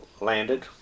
landed